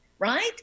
right